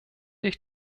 ich